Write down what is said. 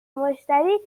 مشتری